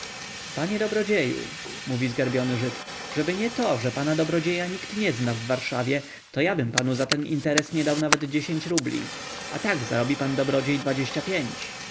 rozmowy panie dobrodzieju mówi zgarbiony żyd żeby nie to że pana dobrodzieja nikt nie zna w warszawie to jabym panu za ten interes nie dał nawet dziesięć rubli a tak zarobi pan dobrodziej dwadzieścia pięć